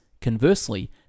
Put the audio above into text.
Conversely